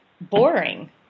boring